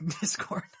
Discord